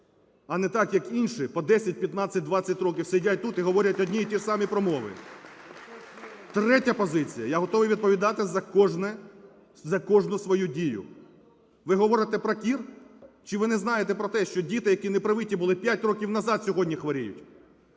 а не так, як інші по 10, 15, 20 років сидять тут і говорять одні і ті ж самі промови. Третя позиція. Я готовий відповідати за кожну свою дію. Ви говорите про кір, чи ви не знаєте про те, що діти, які не привиті були 5 років назад, сьогодні хворіють.